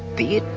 the